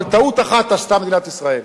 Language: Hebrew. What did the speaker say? אבל טעות אחת עשתה מדינת ישראל,